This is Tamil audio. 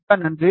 மிக்க நன்றி